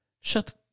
shut